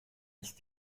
ist